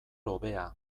hobea